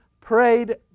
prayed